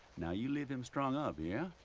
now you leave him strung up, yeah?